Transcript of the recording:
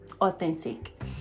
authentic